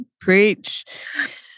Preach